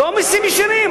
לא מסים ישירים.